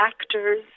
actors